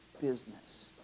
business